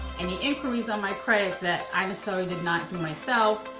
any inquiries on my credit that i just totally did not do myself.